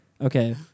Okay